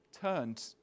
Turned